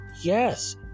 Yes